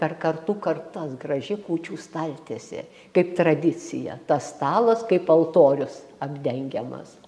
per kartų kartas graži kūčių staltiesė kaip tradicija tas stalas kaip altorius apdengiamas